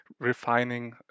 refining